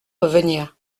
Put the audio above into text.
revenir